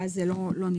ואז זה לא נכלל.